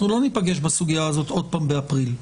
אנחנו לא ניפגש בסוגיה הזאת עוד פעם באפריל.